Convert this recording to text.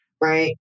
right